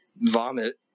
vomit